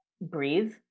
breathe